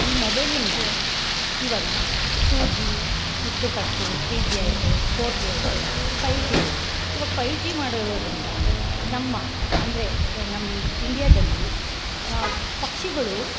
ಈ ಮೊಬೈಲಿಂದ ಇವಾಗ ಟು ಜಿ ಇತ್ತು ಫಸ್ಟು ಥ್ರೀ ಜಿ ಆಯಿತು ಫೋರ್ ಜಿ ಆಯಿತು ಫೈವ್ ಜಿ ಆಯ್ತು ಇವಾಗ ಫೈವ್ ಜಿ ಮಾಡಿರೋದರಿಂದ ನಮ್ಮ ಅಂದರೆ ನಮ್ಮ ಇಂಡಿಯಾದಲ್ಲಿ ಪಕ್ಷಿಗಳು